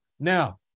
Now